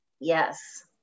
yes